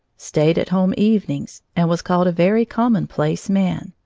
stayed at home evenings, and was called a very commonplace man.